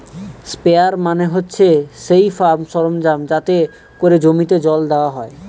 sprayer মানে হচ্ছে সেই ফার্ম সরঞ্জাম যাতে করে জমিতে জল দেওয়া হয়